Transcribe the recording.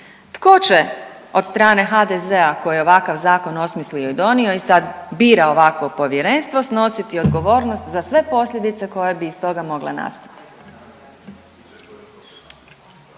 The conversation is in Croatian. Tko će od strane HDZ-a koji je ovakav zakon osmislio i donio i sad bira ovakvo povjerenstvo snositi odgovornost za sve posljedice koje bi iz toga mogle nastati?